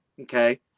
Okay